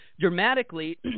dramatically